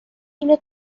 اینه